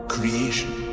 Creation